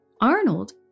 Arnold